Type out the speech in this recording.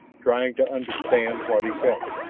trying to understand what he felt.